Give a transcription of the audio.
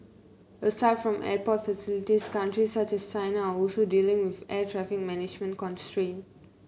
aside from airport facilities countries such as China are also dealing with air traffic management constraint